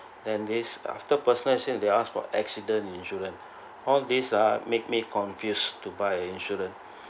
then this after personal they ask for accident insurance all these ah make me confused to buy an insurance